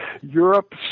Europe